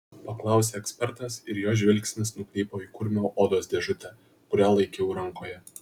paklausė ekspertas ir jo žvilgsnis nukrypo į kurmio odos dėžutę kurią laikiau rankoje